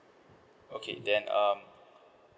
okay then um